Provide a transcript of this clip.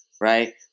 right